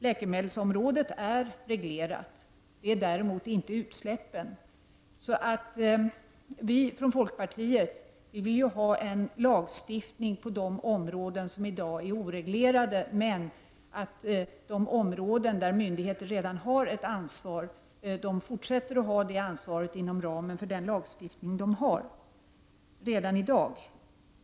Läkemedelsområdet är reglerat. Det är däremot inte utsläppen. Vi i folkpartiet vill ha en lagstiftning på de områden som i dag är oreglerade. På de områden där myndigheter redan har ett ansvar skall de fortsätta att ha det ansvaret inom ramen för den lagstiftning som finns redan i dag.